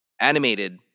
animated